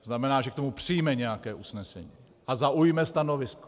To znamená, že k tomu přijme nějaké usnesení a zaujme stanovisko.